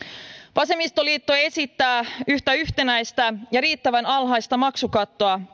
vasemmistoliitto esittää yhtä yhtenäistä ja riittävän alhaista maksukattoa